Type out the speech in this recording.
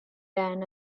dan